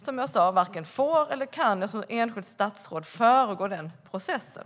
Som jag sa varken får eller kan jag som enskilt statsråd föregå den processen.